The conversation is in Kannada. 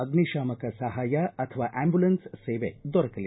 ಅಗ್ನಿ ಶಾಮಕ ಸಹಾಯ ಅಥವಾ ಅಂಬುಲೆನ್ಸ್ನ ಸೇವೆ ದೊರಕಲಿದೆ